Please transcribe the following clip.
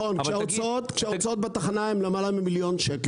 כשההוצאות בתחנה הם למעלה מ-1,000,000 שקל.